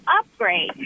upgrade